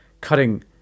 cutting